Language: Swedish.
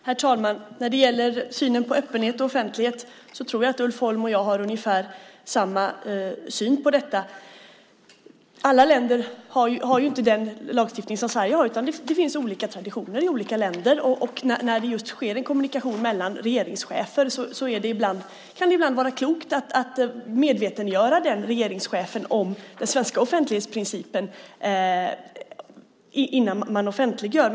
Herr talman! När det gäller synen på öppenhet och offentlighet tror jag att Ulf Holm och jag har ungefär samma syn på detta. Alla länder har ju inte den lagstiftning som Sverige har, utan det finns olika traditioner i olika länder. När det sker kommunikation mellan regeringschefer kan det ibland vara klokt att medvetandegöra den regeringschefen om den svenska offentlighetsprincipen innan man offentliggör.